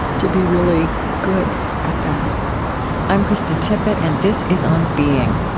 to be really good at that i'm krista tippett, and this is on being.